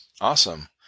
Awesome